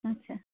আচ্ছা